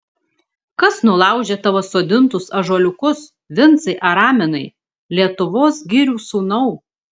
kas nulaužė tavo sodintus ąžuoliukus vincai araminai lietuvos girių sūnau